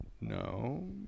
No